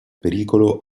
pericolo